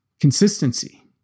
consistency